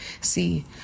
See